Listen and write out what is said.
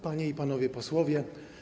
Panie i Panowie Posłowie!